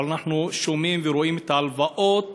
אבל אנחנו שומעים ורואים את ההלוואות